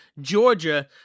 Georgia